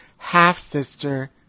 half-sister